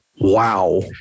Wow